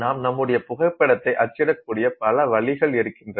நாம் நம்முடைய புகைப்படத்தை அச்சிடக்கூடிய பல வழிகள் இருக்கின்றன